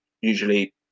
usually